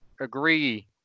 agree